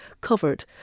covered